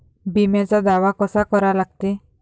बिम्याचा दावा कसा करा लागते?